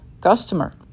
customer